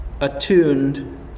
attuned